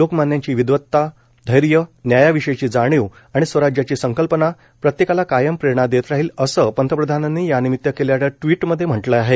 लोकमान्यांची विदवता धैर्य न्यायाविषयीची जाणीव आणि स्वराज्याची संकल्पना प्रत्येकाला कायम प्रेरणा देत राहील असं पंतप्रधानांनी यानिमित केलेल्या ट्विटमध्ये म्हटलं आहे